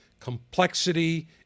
complexity